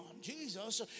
Jesus